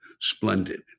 splendid